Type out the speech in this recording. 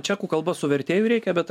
čekų kalba su vertėju reikia bet